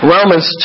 Romans